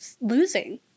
losing